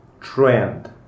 trend